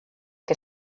que